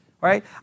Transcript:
Right